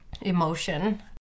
emotion